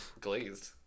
Glazed